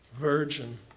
virgin